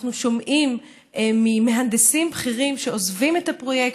אנחנו שומעים ממהנדסים בכירים שעוזבים את הפרויקט,